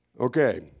Okay